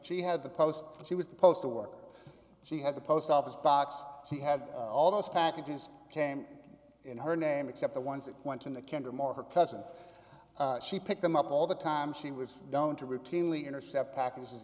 she had the post she was supposed to work she had the post office box she had all those packages came in her name except the ones that went to the cantor more her cousin she picked them up all the time she was down to routinely intercept packages